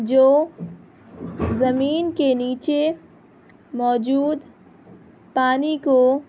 جو زمین کے نیچے موجود پانی کو